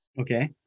okay